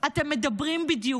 אתם מדברים בדיוק?